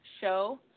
show